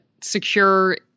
secure